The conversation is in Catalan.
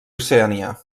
oceania